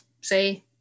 say